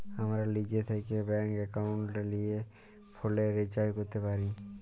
আমরা লিজে থ্যাকে ব্যাংক একাউলটে লিয়ে ফোলের রিচাজ ক্যরতে পারি